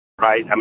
Right